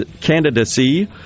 candidacy